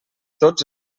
tots